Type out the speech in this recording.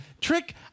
trick